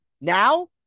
Now